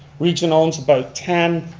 region owns about ten.